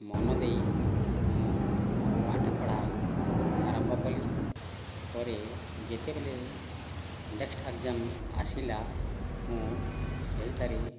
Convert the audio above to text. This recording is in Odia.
ମନଦେଇ ମୁଁ ପାଠପଢ଼ା ଆରମ୍ଭ କଲି ପରେ ଯେତେବେଳେ ନେକ୍ଷ୍ଟ ଏଗ୍ଜାମ୍ ଆସିଲା ମୁଁ ସେହିଠାରେ